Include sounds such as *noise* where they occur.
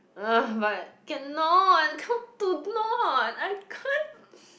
*noise* but cannot how to not I can't